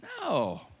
No